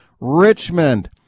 richmond